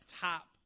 top